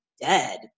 dead